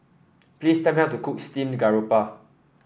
please tell me how to cook Steamed Garoupa